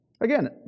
Again